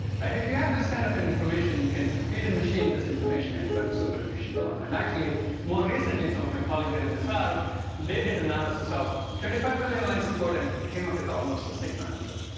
and if you have this kind of and information, you can feed a machine this information and build super-efficient model and actually more recently some of my colleagues in and msr, ah they did analysis of twenty five million lines of code and came up with almost the same answer,